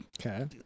Okay